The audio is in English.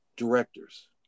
directors